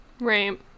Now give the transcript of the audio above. Right